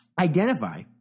identify